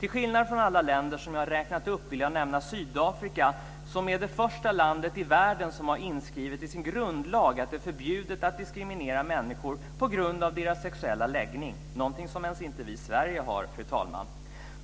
Till skillnad från alla länder som jag har räknat upp vill jag nämna Sydafrika, som är det första land i världen som har inskrivet i sin grundlag att det är förbjudet att diskriminera människor på grund av deras sexuella läggning - någonting som inte ens vi i Sverige har, fru talman.